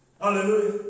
Hallelujah